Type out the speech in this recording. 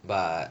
but